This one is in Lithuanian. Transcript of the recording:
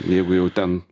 jeigu jau ten